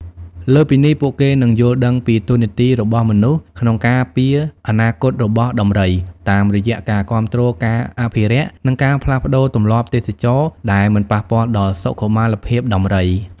លើសពីនេះ ពួកគេនឹងយល់ដឹងពី តួនាទីរបស់មនុស្សក្នុងការពារអនាគតរបស់ដំរី តាមរយៈការគាំទ្រការអភិរក្ស និងការផ្លាស់ប្តូរទម្លាប់ទេសចរណ៍ដែលមិនប៉ះពាល់ដល់សុខុមាលភាពដំរី។